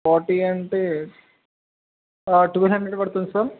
forty అంటే two hundred పడుతుంది sir